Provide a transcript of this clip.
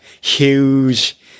huge